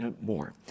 more